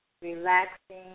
Relaxing